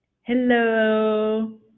hello